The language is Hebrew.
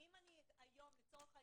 אם היום לצורך העניין,